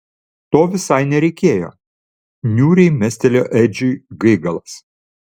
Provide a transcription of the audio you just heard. to visai nereikėjo niūriai mestelėjo edžiui gaigalas